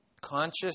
conscious